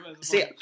See